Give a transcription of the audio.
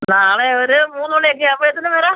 നാളെ ഒരു മൂന്ന് മണിയൊക്കെ ആവുമ്പോഴത്തേന് വരാം